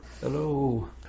Hello